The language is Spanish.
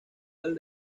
del